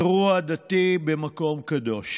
אירוע דתי במקום קדוש.